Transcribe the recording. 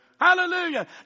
Hallelujah